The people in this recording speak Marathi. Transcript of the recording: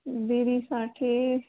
दीदीसाठी